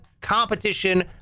competition